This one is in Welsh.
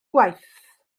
gwaith